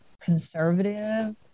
conservative